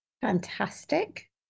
Fantastic